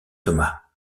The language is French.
thomas